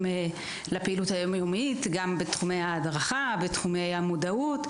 בפעילות היום-יומית וגם בתחומי ההדרכה והמודעות,